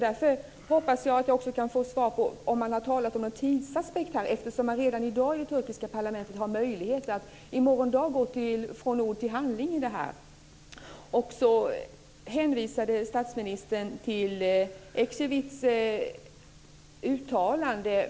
Därför hoppas jag att jag också kan få svar på om man har talat om någon tidsaspekt i detta sammanhang, eftersom man redan i dag i det turkiska parlamentet har möjlighet att i morgon dag gå från ord till handling i detta sammanhang. Statsministern hänvisade till Ecevits uttalande.